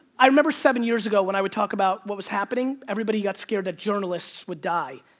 i remember seven years ago when i would talk about what was happening, everybody got scared that journalists would die.